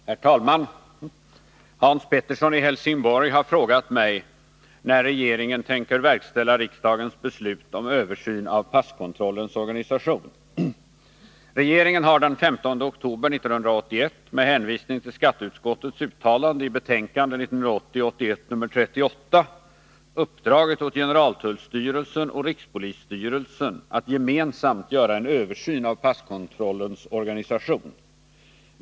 Herr talman! Hans Pettersson i Helsingborg har frågat mig när regeringen tänker verkställa riksdagens beslut om översyn av passkontrollens organisation. Regeringen har den 15 oktober 1981 med hänvisning till skatteutskottets uttalande i betänkande 1980/81:38 uppdragit åt generaltullstyrelsen och rikspolisstyrelsen att gemensamt göra en översyn av passkontrollens organisation.